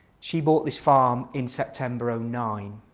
she bought this farm in september um nine.